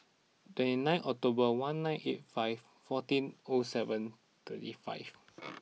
two nine October one nine eight five fourteen O seven thirty five